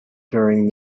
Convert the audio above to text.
during